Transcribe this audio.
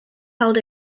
held